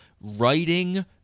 writing